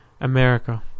America